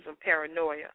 paranoia